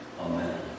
Amen